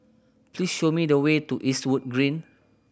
please show me the way to Eastwood Green